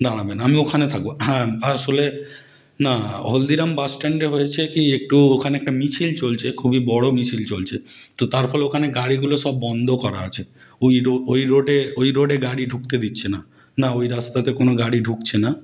দাঁড়াবেন আমি ওখানে থাকবো হ্যাঁ আসলে না হলদিরাম বাসস্ট্যান্ডে হয়েছে কী একটু ওখানে একটা মিছিল চলছে খুবই বড়ো মিছিল চলছে তো তার ফলে ওখানে গাড়িগুলো সব বন্ধ করা আছে ওই রো ওই রোডে ওই রোডে গাড়ি ঢুকতে দিচ্ছে না না ওই রাস্তাতে কোনো গাড়ি ঢুকছে না